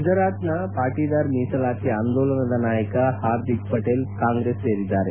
ಗುಜರಾತ್ನ ಪಾಟದಾರ್ ಮೀಸಲಾತಿ ಆಂದೋಲನದ ನಾಯಕ ಹಾರ್ದಿಕ್ ಪಟೇಲ್ ಕಾಂಗ್ರೆಸ್ ಸೇರಿದ್ದಾರೆ